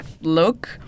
look